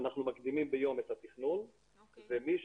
אנחנו מקדימים ביום את התכנון.